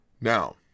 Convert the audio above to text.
now